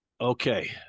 okay